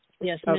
Yes